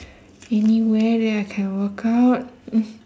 anywhere that I can workout